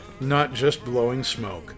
NotJustBlowingSmoke